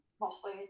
mostly